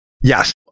Yes